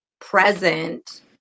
present